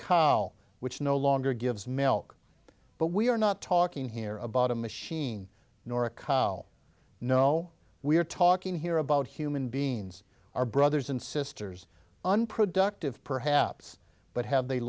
cow which no longer gives milk but we are not talking here about a machine nor a cow no we are talking here about human beings our brothers and sisters unproductive perhaps but have they